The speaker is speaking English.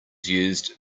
used